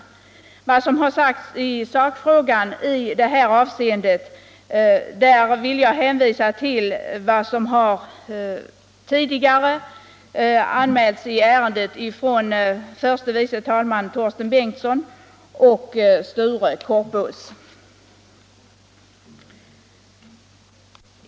Då det gäller sakfrågan i detta avseende vill jag hänvisa till vad som tidigare har sagts i ärendet av förste vice talmannen Torsten Bengtson och Sture Korpås.